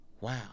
wow